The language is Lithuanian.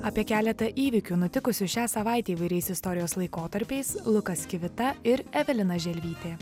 apie keletą įvykių nutikusių šią savaitę įvairiais istorijos laikotarpiais lukas kivita ir evelina želvytė